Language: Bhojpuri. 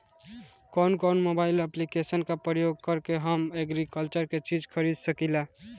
कउन कउन मोबाइल ऐप्लिकेशन का प्रयोग करके हम एग्रीकल्चर के चिज खरीद सकिला?